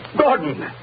Gordon